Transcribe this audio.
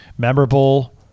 memorable